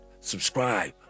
subscribe